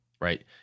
right